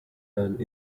and